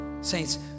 Saints